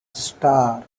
star